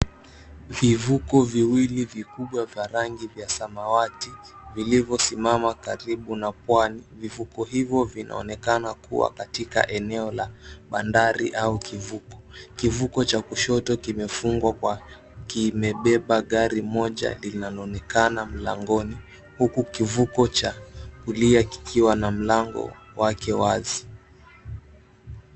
Vivuko viwili vikubwa vya rangi vya samawati vilivyosimama karibu na Pwani, vivuko hivo vinaonekana vikiwa katika eneo la mandhari ya au kivuko. Kivuko cha kushoto kimefungwa kwa Kimebeba gari moja linaloonekana mlangoni huku kivuko cha kulia kukiwa na mlango wake wazi.